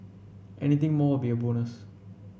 anything more will be a bonus